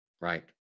right